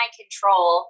control